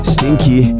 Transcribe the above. Stinky